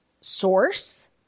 source